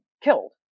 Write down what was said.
killed